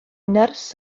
nyrs